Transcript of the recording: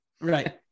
Right